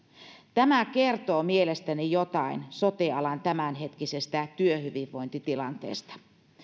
tämä kertoo mielestäni jotain sote alan tämänhetkisestä työhyvinvointitilanteesta